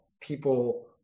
people